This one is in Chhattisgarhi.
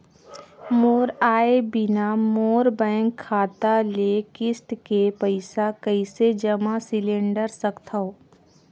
मोर आय बिना मोर बैंक खाता ले किस्त के पईसा कइसे जमा सिलेंडर सकथव?